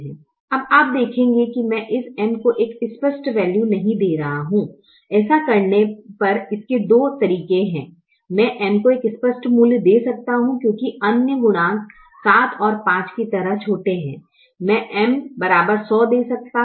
अब आप देखेंगे कि मैं इस M को एक स्पष्ट वैल्यू नहीं दे रहा हूं ऐसा करने पर इसके दो तरीके हैं मैं M को एक स्पष्ट मूल्य दे सकता हूं क्योंकि अन्य गुणांक 7 और 5 की तरह छोटे हैं मैं M 100 दे सकता था